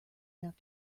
enough